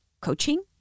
coaching